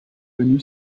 venu